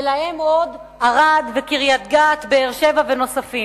ועוד ערד וקריית-גת, באר-שבע ונוספים.